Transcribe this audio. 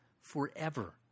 forever